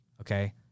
okay